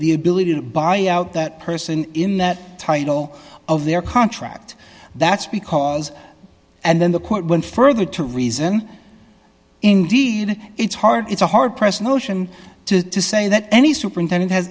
the ability to buy out that person in the title of their contract that's because and then the court went further to reason indeed it's hard it's a hard pressed notion to say that any superintendent has